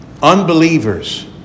Unbelievers